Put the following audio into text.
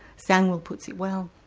zangwill puts it well.